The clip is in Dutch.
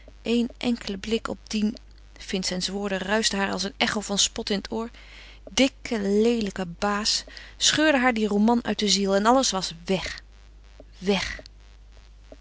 een enkelen blik op dien vincents woorden ruischten haar als een echo van spot in het oor dikken leelijken baas scheurde haar dien roman uit de ziel en alles was weg weg